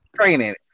Training